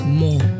more